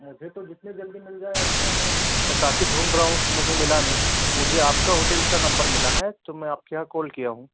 मुझे तो जितने जल्दी मिल जाए अच्छा है मैं काफी ढूंढ रहा हूँ तो मुझे मिला नहीं मुझे आपका होटेल का नंबर मिला है तो में आपके यहाँ कोल किया हूँ